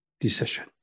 decision